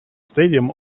stadium